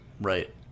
right